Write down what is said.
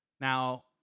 Now